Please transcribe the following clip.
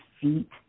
feet